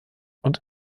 und